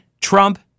Trump